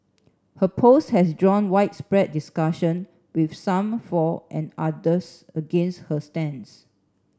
her post has drawn widespread discussion with some for and others against her stance